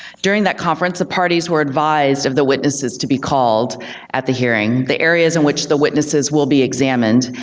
during that conference the parties were advised of the witnesses to be called at the hearing, the areas in which the witnesses will be examined,